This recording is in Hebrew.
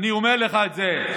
אני אומר לך את זה.